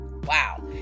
Wow